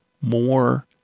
more